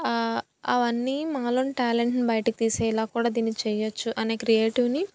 అవన్నీ మాలోని టాలెంట్ని బయటకు తీసేలా కూడా దీన్ని చేయొచ్చు అనే క్రియేటివ్ని